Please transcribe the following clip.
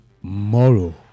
tomorrow